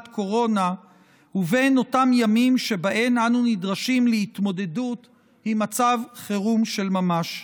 קורונה ובין אותם ימים שבהם אנו נדרשים להתמודדות עם מצב חירום של ממש.